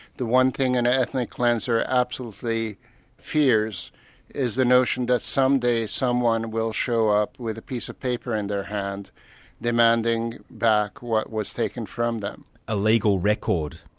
the one thing an ethnic cleanser absolutely fears is the notion that some day, someone will show up with a piece of paper in their hand demanding back what was taken from them. a legal record.